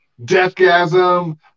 Deathgasm